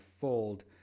fold